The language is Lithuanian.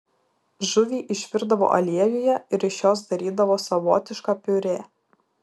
žuvį išvirdavo aliejuje ir iš jos darydavo savotišką piurė